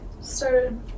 started